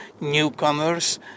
newcomers